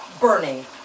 burning